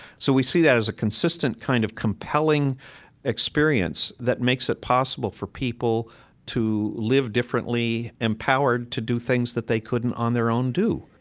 so we see that as a consistent kind of compelling experience that makes it possible for people to live differently, empowered to do things that they couldn't, on their own, do